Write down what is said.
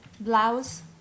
blouse